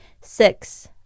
Six